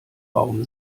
baum